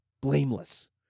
blameless